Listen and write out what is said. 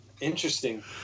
Interesting